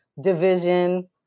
division